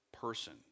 person